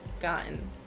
Gotten